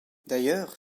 d’ailleurs